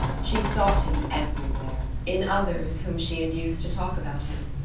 she sought him everywhere in others whom she induced to talk about him.